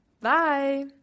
Bye